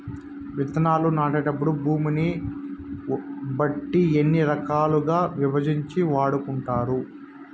విత్తనాలు నాటేటప్పుడు భూమిని బట్టి ఎన్ని రకాలుగా విభజించి వాడుకుంటారు?